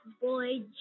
boy